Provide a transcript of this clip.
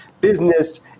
business